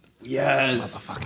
Yes